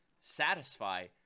satisfy